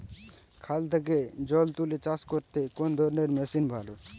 খাল থেকে জল তুলে চাষ করতে কোন ধরনের মেশিন ভালো?